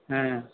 ம்